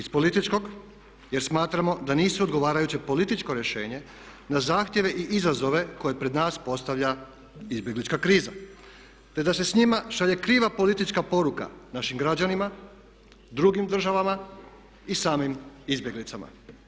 Iz političkog jer smatramo da nisu odgovarajuće političko rješenje na zahtjeve i izazove koje pred nas postavlja izbjeglička kriza te da se s njima šalje kriva politička poruka našim građanima, drugim državama i samim izbjeglicama.